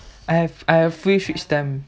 I have I have free straits times